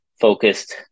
focused